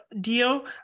deal